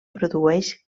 produeix